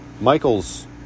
Michael's